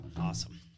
Awesome